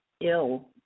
ill